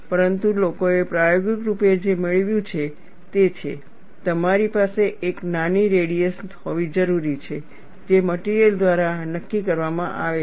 પરંતુ લોકોએ પ્રાયોગિક રૂપે જે મેળવ્યું છે તે છે તમારી પાસે એક નાની રેડિયસ હોવી જરૂરી છે જે મટિરિયલ દ્વારા નક્કી કરવામાં આવે છે